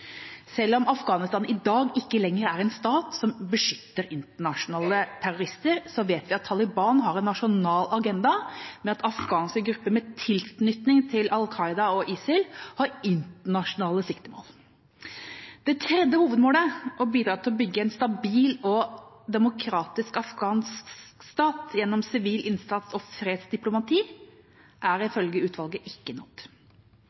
Selv om Afghanistan i dag ikke lenger er en stat som beskytter internasjonale terrorister, vet vi at Taliban har en nasjonal agenda med at afghanske grupper med tilknytning til Al Qaida og ISIL har internasjonale siktemål. Det tredje hovedmålet, å bidra til å bygge en stabil og demokratisk afghansk stat gjennom sivil innsats og fredsdiplomati, er ifølge utvalget ikke nådd.